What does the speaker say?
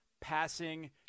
passing